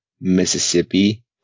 Mississippi